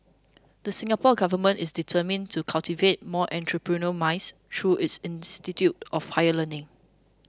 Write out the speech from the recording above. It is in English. the Singapore Government is determined to cultivate more entrepreneurial minds through its institutes of higher learning